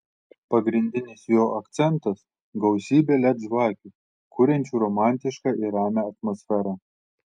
pagrindinis jo akcentas gausybė led žvakių kuriančių romantišką ir ramią atmosferą